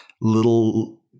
little